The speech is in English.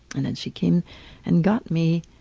and then she came and got me